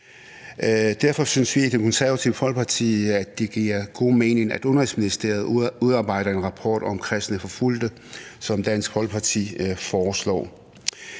Derfor synes vi i Det Konservative Folkeparti, at det giver god mening, at Udenrigsministeriet udarbejder en rapport om forfulgte kristne, som Dansk Folkeparti foreslår.